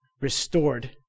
Restored